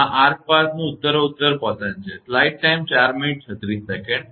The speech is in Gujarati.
તે આર્ક પાથનું ઉત્તરોત્તર પતન છે